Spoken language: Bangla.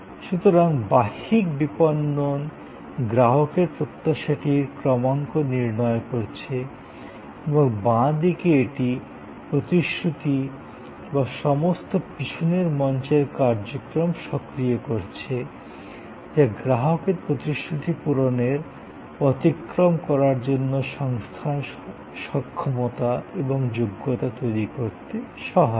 সুতরাং বাহ্যিক বিপণন গ্রাহকের প্রত্যাশাটির ক্রমাঙ্ক নির্ণয় করছে এবং বাঁ দিকে এটি প্রতিশ্রূতি বা সমস্ত পিছনের মঞ্চের কার্যক্রম সক্রিয় করছে যা গ্রাহকের প্রতিশ্রূতি পূরণের বা অতিক্রম করার জন্য সংস্থার সক্ষমতা এবং যোগ্যতা তৈরি করায় সহায়ক